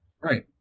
right